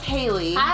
Haley